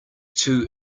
too